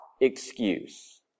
excuse